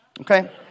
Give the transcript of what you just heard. okay